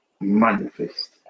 manifest